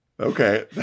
okay